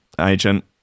agent